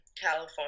California